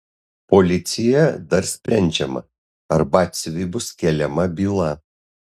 policijoje dar sprendžiama ar batsiuviui bus keliama byla